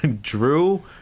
Drew